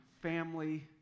family